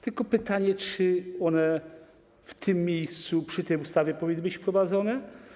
Tylko pytanie: Czy one w tym miejscu, przy tej ustawie powinny być wprowadzone?